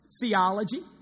theology